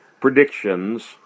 predictions